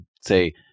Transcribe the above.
say